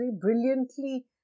brilliantly